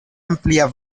amplia